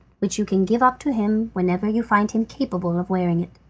which you can give up to him whenever you find him capable of wearing it.